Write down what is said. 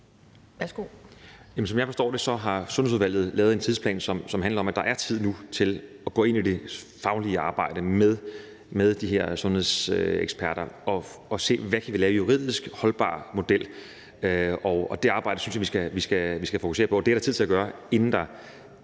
Jamen som jeg forstår det, har Sundhedsudvalget lavet en tidsplan, som går på, at der er tid nu til at gå ind i det faglige arbejde med de her sundhedseksperter og se på, hvad vi kan lave for en juridisk, holdbar model, og det arbejde synes jeg vi skal fokusere på. Det er der tid til at gøre, inden der